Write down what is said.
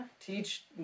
Teach